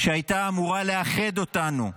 שהייתה אמורה לאחד אותנו,